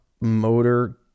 Motor